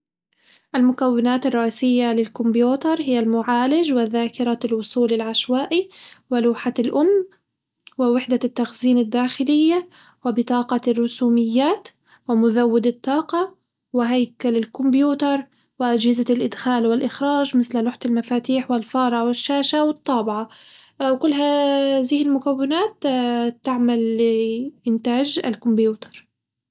المكونات الرئيسية للكمبيوتر هي المعالج وذاكرة الوصول العشوائي ولوحة الأم ووحدة التخزين الداخلية وبطاقة الرسوميات ومزود الطاقة وهيكل الكمبيوتر، وأجهزة الإدخال والإخراج مثل لوحة المفاتيح والفارة والشاشة والطابعة وكلها هذه المكونات تعمل إنتاج الكمبيوتر.